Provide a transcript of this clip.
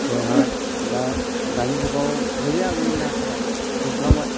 बेवहाय दा दानि जुगाव गैलिया बे नाफोरा जोबलांबाय